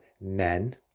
men